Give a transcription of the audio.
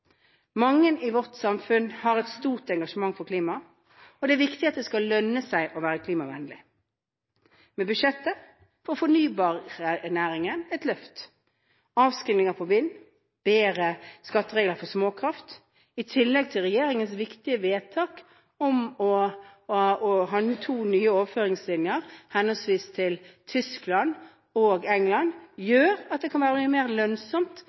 Mange i vårt samfunn har et stort engasjement for klima, og det er viktig at det skal lønne seg å være klimavennlig. Med dette budsjettet får fornybarnæringen et løft. Avskrivninger på vind, bedre skatteregler for småkraft, i tillegg til regjeringens viktige vedtak om å ha to nye overføringslinjer, henholdsvis til Tyskland og England, gjør at det kan bli mer